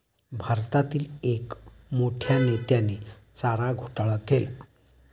भारतातील एक मोठ्या नेत्याने चारा घोटाळा केला